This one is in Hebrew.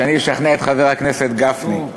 שאני אשכנע את חבר הכנסת גפני.